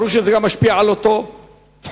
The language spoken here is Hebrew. ברור שזה משפיע על אותו תחום.